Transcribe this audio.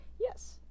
yes